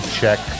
check